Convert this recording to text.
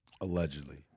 Allegedly